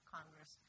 Congress